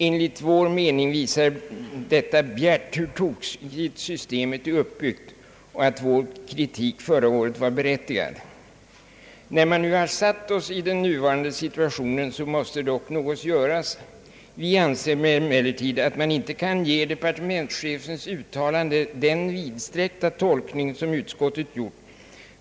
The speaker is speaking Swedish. Enligt vår mening visar detta bjärt, hur tokigt systemet är uppbyggt och att vår kritik förra året var berättigad. När man nu satt sig i den nuvarande situationen måste dock något göras. Vi anser emellertid att man inte kan ge departementschefens uttalande den vidsträckta tolkning som utskottet gjort.